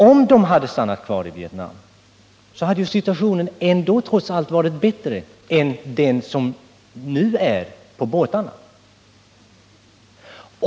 Om de hade stannat kvar i Vietnam hade deras situation trots allt varit bättre än den nu är på båtarna.